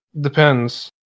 Depends